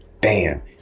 bam